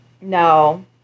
No